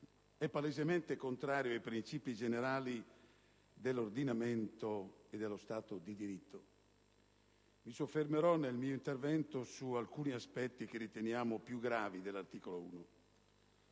è palesemente contrario ai princìpi generali dell'ordinamento e allo Stato di diritto. Mi soffermerò nel mio intervento su alcuni aspetti che riteniamo più gravi dell'articolo 1.